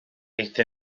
aethon